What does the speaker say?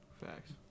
Facts